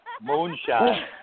moonshine